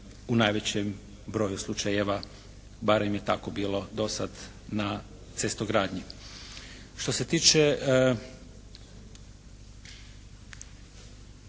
u najvećem broju slučajeva, barem je tako bilo dosad na cestogradnji. Što se tiče